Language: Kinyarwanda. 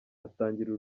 atangira